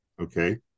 okay